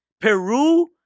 Peru